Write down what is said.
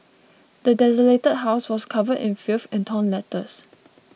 the desolated house was covered in filth and torn letters